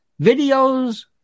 videos